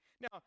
Now